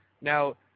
Now